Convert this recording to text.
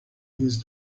his